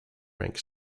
rank